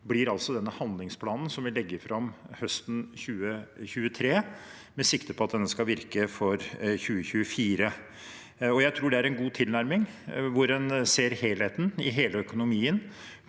altså denne handlingsplanen som vi legger fram høsten 2023 med sikte på at den skal virke for 2024. Jeg tror det er en god tilnærming, hvor en ser helheten i hele økonomien